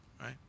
Right